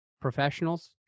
professionals